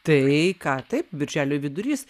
tai ką taip birželio vidurys